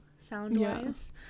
sound-wise